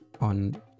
on